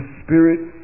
spirit